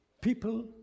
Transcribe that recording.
People